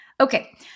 okay